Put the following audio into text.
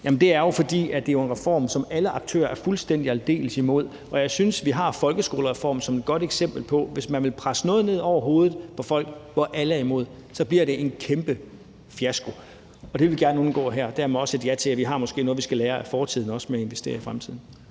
hele vejen – er, at det er en reform, som alle aktører er fuldstændig og aldeles imod. Og jeg synes, at vi har folkeskolereformen som et godt eksempel på, at hvis man presser noget ned over hovedet på folk, hvor alle er imod, bliver det en kæmpe fiasko. Det vil vi gerne undgå her. Dermed er det også et ja til, at vi måske har noget, vi skal lære af fortiden i forhold til at investere i fremtiden.